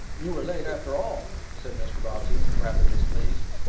you are late after all, said mr. bobbsey, rather displeased.